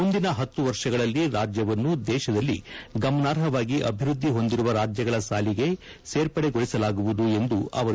ಮುಂದಿನ ಹತ್ತು ವರ್ಷಗಳಲ್ಲಿ ರಾಜ್ಯವನ್ನು ದೇಶದಲ್ಲಿ ಗಮನಾರ್ಹವಾಗಿ ಅಭಿವೃದ್ದಿ ಹೊಂದಿರುವ ರಾಜ್ಯಗಳ ಸಾಲಿಗೆ ಸೇರ್ಪಡೆಗೊಳಿಸಲಾಗುವುದು ಎಂದರು